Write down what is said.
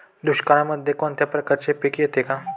दुष्काळामध्ये कोणत्या प्रकारचे पीक येते का?